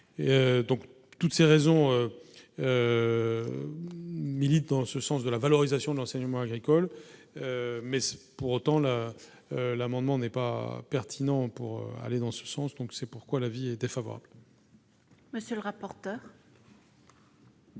donc toutes ces raisons militent en ce sens de la valorisation de l'enseignement agricole, mais sans pour autant la l'amendement n'est pas pertinent pour aller dans ce sens, donc c'est pourquoi l'avis est défavorable. Monsieur le rapporteur.